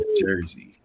jersey